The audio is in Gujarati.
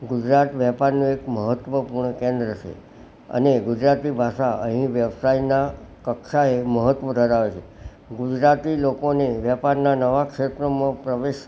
ગુજરાત વ્યાપારનું એક મહત્વપૂર્ણ કેન્દ્ર છે અને ગુજરાતી ભાષા અહીં વ્યવસાયના કક્ષાએ મહત્વ ધરાવે છે ગુજરાતી લોકોને વેપારના નવા ક્ષેત્રોમાં પ્રવેશ